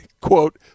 Quote